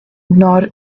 nor